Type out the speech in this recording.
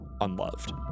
Unloved